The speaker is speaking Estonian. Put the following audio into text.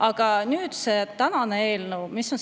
Aga nüüd see tänane eelnõu. Mis on